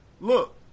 Look